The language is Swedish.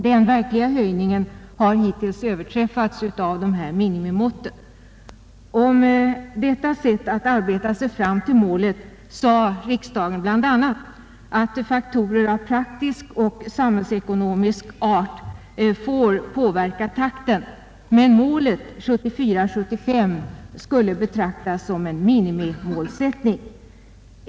Den verkliga höjningen har hittills överträffat dessa minimimått. Om detta sätt att arbeta sig fram till målet sade riksdagen bl.a. att faktorer av praktisk och samhällsekonomisk art får påverka takten, men målet 1974/75 skulle betraktas såsom en minimimålsättning.